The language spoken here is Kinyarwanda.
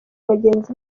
bagenzi